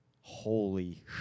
Holy